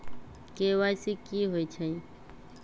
KYC कि होई छई?